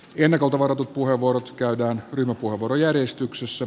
ennakolta varatut puheenvuorot käydään ryhmäpuheenvuorojärjestyksessä